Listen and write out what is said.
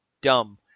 dumb